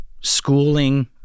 schooling